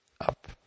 up